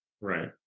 Right